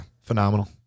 Phenomenal